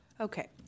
Okay